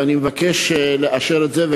ואני מבקש לאשר את זה.